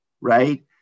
right